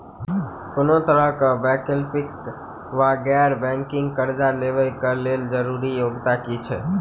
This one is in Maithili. कोनो तरह कऽ वैकल्पिक वा गैर बैंकिंग कर्जा लेबऽ कऽ लेल जरूरी योग्यता की छई?